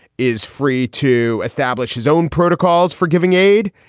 is free to establish his own protocols for giving aid,